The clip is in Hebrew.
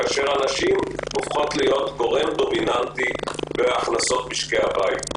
כאשר הנשים הופכות להיות גורם דומיננטי בהכנסות משקי הבית.